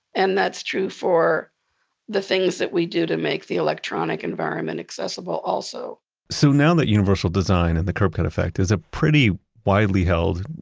and that's true for the things that we do to make the electronic environment accessible also so now that universal design and the curb cut effect is a pretty widely held,